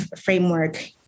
framework